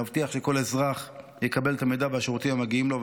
להבטיח שכל אזרח יקבל את המידע ואת השירותים המגיעים לו.